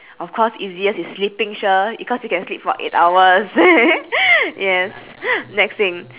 of course easiest is sleeping sher because you can sleep for eight hours yes next thing